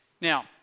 Now